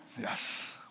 Yes